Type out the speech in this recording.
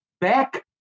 back